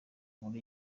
nkuru